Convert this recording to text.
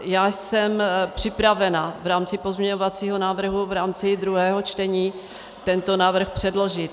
Já jsem připravena v rámci pozměňovacího návrhu v rámci druhého čtení tento návrh předložit.